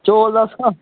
चौल दस्स आं